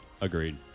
Agreed